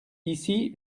ici